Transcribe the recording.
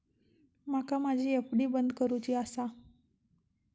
माका माझी एफ.डी बंद करुची आसा